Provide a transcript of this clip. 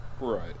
right